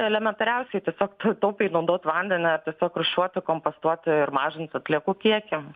elementariausiai tiesiog taupiai naudot vandenįar tiesiog rūšiuoti kompostuoti ir mažinti atliekų kiekį